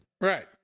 Right